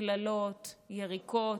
קללות, יריקות.